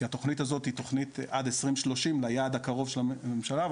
כי התכנית הזו היא עד 2030 ליעד הקרוב של הממשלה,